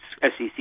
sec